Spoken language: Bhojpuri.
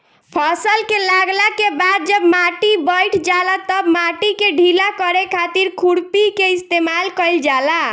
फसल के लागला के बाद जब माटी बईठ जाला तब माटी के ढीला करे खातिर खुरपी के इस्तेमाल कईल जाला